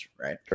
right